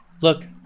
look